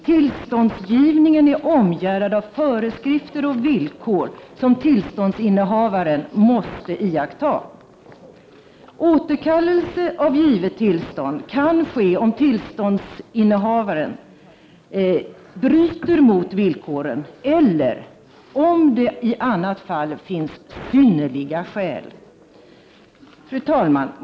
Tillståndsgivningen är omgärdad av föreskrifter och villkor, som tillståndsinnehavaren måste iaktta. Återkallelse av givet tillstånd kan ske om tillståndsinnehavaren bryter mot villkoren eller om det i annat fall finns synnerliga skäl. Fru talman!